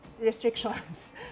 restrictions